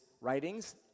writings